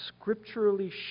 scripturally